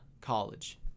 College